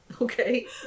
Okay